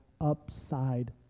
upside